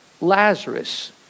Lazarus